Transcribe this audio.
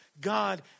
God